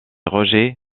roger